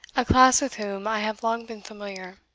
a class with whom i have long been familiar.